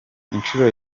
inshuro